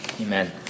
Amen